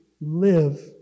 live